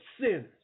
sinners